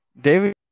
David